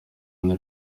anne